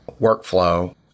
workflow